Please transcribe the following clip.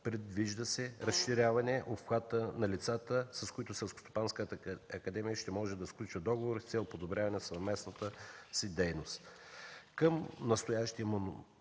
предвижда разширяване обхвата на лицата, с които Селскостопанската академия ще може да сключва договори с цел подобряване на съвместната си дейност. Към настоящия момент